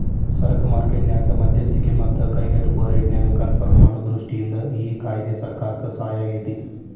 ಸರಕ ಮಾರ್ಕೆಟ್ ನ್ಯಾಗ ಮಧ್ಯಸ್ತಿಕಿ ಮತ್ತ ಕೈಗೆಟುಕುವ ರೇಟ್ನ್ಯಾಗ ಕನ್ಪರ್ಮ್ ಮಾಡೊ ದೃಷ್ಟಿಯಿಂದ ಈ ಕಾಯ್ದೆ ಸರ್ಕಾರಕ್ಕೆ ಸಹಾಯಾಗೇತಿ